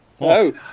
No